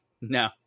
No